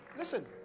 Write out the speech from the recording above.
listen